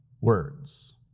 words